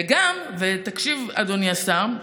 וגם, ותקשיב, אדוני השר,